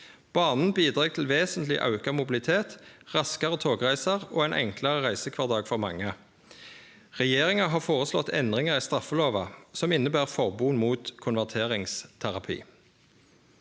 Banen bidreg til vesentleg auka mobilitet, raskare togreiser og ein enklare reisekvardag for mange. Regjeringa har foreslått endringar i straffelova som inneber forbod mot konverteringsterapi.